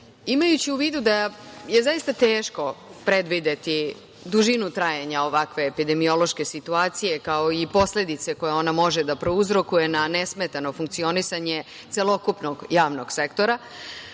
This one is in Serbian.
sektora. Imajući u vidu da je zaista teško predvideti dužinu trajanja ovakve epidemiološke situacije, kao i posledice koje ona može da prouzrokuje na nesmetano funkcionisanje celokupnog javnog sektora,